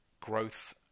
growth